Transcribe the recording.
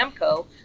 AMCO